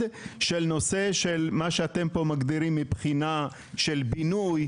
לגבי של נושא של מה שאתם פה מגדירים מבחינה של בינוי,